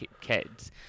kids